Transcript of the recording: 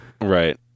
Right